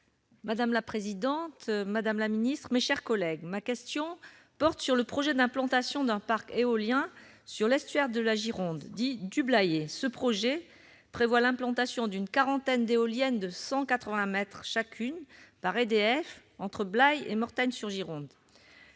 et solidaire. Madame la secrétaire d'État, ma question porte sur le projet d'implantation d'un parc éolien sur l'estuaire de la Gironde, dit « du Blayais ». Ce projet prévoit l'implantation d'une quarantaine d'éoliennes de 180 mètres chacune par EDF entre Blaye et Mortagne-sur-Gironde.